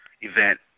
event